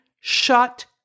shut